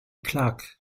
clark